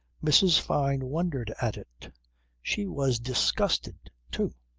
mrs. fyne wondered at it she was disgusted too.